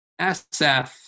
SF